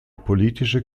politische